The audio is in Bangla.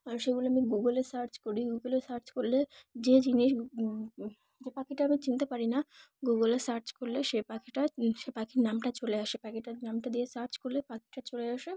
আর সেগুলো আমি গুগলে সার্চ করি গুগলে সার্চ করলে যে জিনিস যে পাখিটা আমি চিনতে পারি না গুগলে সার্চ করলে সে পাখিটা সে পাখির নামটা চলে আসে পাখিটার নামটা দিয়ে সার্চ করলে পাখিটা চলে আসে